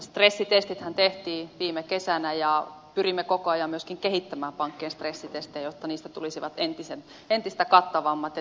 stressitestithän tehtiin viime kesänä ja pyrimme koko ajan myöskin kehittämään pankkien stressitestejä jotta niistä tulisi entistä kattavammat ja tehokkaammat